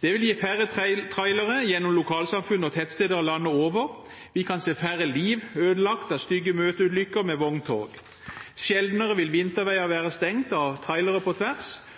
Det vil gi færre trailere gjennom lokalsamfunn og tettsteder landet over, vi kan se færre liv ødelagt av stygge møteulykker med vogntog, sjeldnere vil vinterveier være stengt av trailere på tvers,